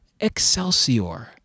Excelsior